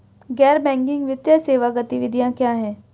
गैर बैंकिंग वित्तीय सेवा गतिविधियाँ क्या हैं?